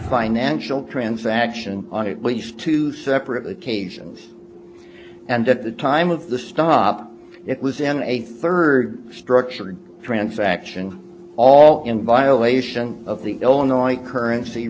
financial transaction least two separate occasions and at the time of the stop it was in a third structured transaction all in violation of the illinois currency